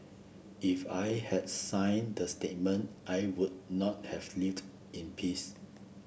if I had signed that statement I would not have lived in peace